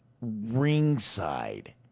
ringside